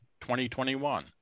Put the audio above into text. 2021